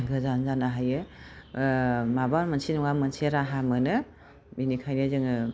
गोजान जानो हायो माबा मोनसे नङा मोनसे राहा मोनो बेनिखायनो जोङो